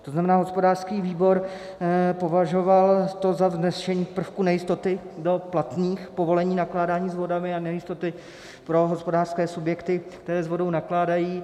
To znamená, hospodářský výbor to považoval za vnesení prvku nejistoty do platných povolení nakládání s vodami a nejistoty pro hospodářské subjekty, které s vodou nakládají.